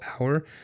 hour